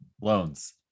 loans